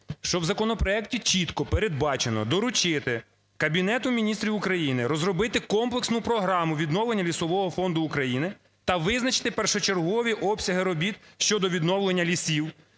що в законопроекті чітко передбачено доручити Кабінету Міністрів України розробити комплексну програму відновлення лісового фонду України та визначити першочергові обсяги робіт щодо відновлення лісів,